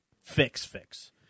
fix-fix